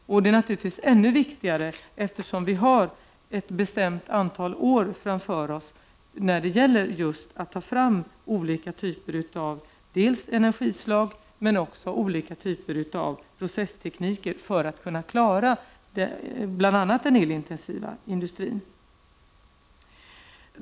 Detta är naturligtvis ännu viktigare, eftersom vi har ett bestämt antal år framför oss för att ta fram olika typer av energislag och processtekniker för att klara bl.a. den elintensiva industrin.